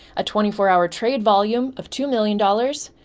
a twenty four hour trade volume of two million dollars